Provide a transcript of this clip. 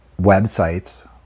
websites